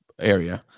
area